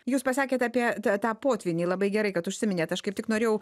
jūs pasakėt apie tą tą potvynį labai gerai kad užsiminėt aš kaip tik norėjau